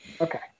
Okay